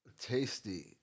tasty